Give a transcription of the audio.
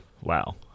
wow